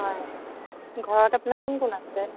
হয় ঘৰত আপোনাৰ কোন কোন আছে